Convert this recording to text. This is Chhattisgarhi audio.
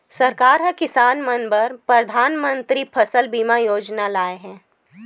सरकार ह किसान मन बर परधानमंतरी फसल बीमा योजना लाए हे